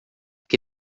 que